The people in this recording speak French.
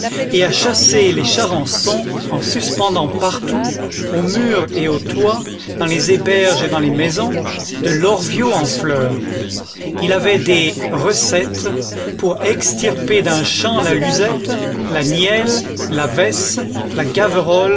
et à chasser les charançons en suspendant partout aux murs et aux toits dans les héberges et dans les maisons de l'orviot en fleur il avait des recettes pour extirper d'un champ la luzette la nielle la vesce la